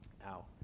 Now